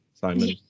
Simon